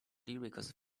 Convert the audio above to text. lyrics